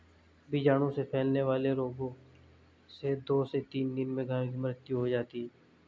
बीजाणु से फैलने वाले रोगों से दो से तीन दिन में गायों की मृत्यु हो जाती है